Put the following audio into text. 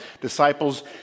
disciples